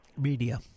Media